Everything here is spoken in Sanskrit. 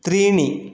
त्रीणि